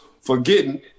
forgetting